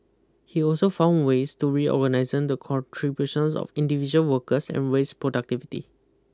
he also found ways to recognising the contributions of individual workers and raise productivity